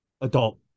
adult